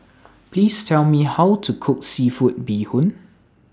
Please Tell Me How to Cook Seafood Bee Hoon